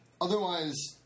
Otherwise